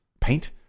paint